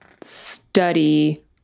study